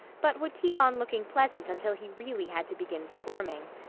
but would keep on looking pleasant until he really had to begin squirming.